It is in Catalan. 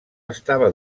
estava